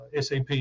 SAP